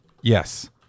Yes